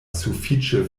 sufiĉe